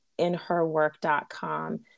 InHerWork.com